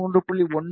21 D